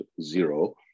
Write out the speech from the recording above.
zero